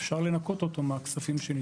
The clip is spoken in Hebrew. אפשר לנכות אותו מהכספים שנתפסו.